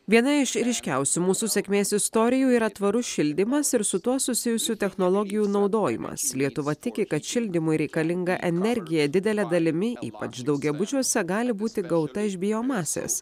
viena iš ryškiausių mūsų sėkmės istorijų yra tvarus šildymas ir su tuo susijusių technologijų naudojimas lietuva tiki kad šildymui reikalinga energija didele dalimi ypač daugiabučiuose gali būti gauta iš biomasės